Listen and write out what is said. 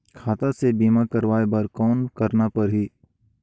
खाता से बीमा करवाय बर कौन करना परही?